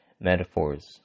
metaphors